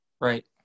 Right